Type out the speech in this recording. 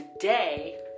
Today